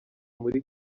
muri